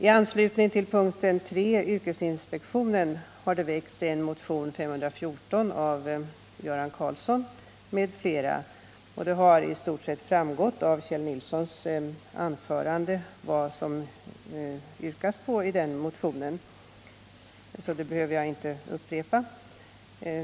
I anslutning till punkten C 3, Yrkesinspektionen, har väckts en motion, nr 514 av Göran Karlsson m.fl. Vad som yrkas i den motionen har i stort sett framgått av Kjell Nilssons anförande, så det behöver jag inte upprepa.